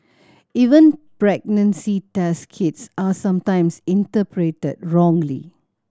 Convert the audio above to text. even pregnancy test kits are sometimes interpreted wrongly